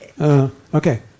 Okay